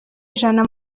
ijana